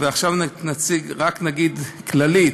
ועכשיו רק נגיד כללית,